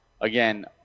again